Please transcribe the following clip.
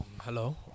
Hello